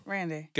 Randy